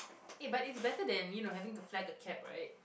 eh but it's better than you know having to flag a cab right